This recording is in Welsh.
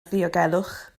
ddiogelwch